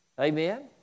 Amen